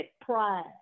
pride